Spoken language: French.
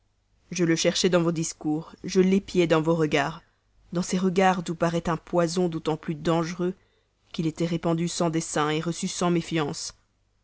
je le cherchais dans vos discours je l'épiais dans vos regards dans ces regards d'où partait un poison d'autant plus dangereux qu'il était répandu sans dessein reçu sans méfiance